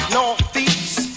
Northeast